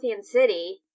City